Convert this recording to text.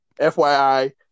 FYI